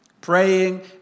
Praying